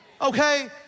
Okay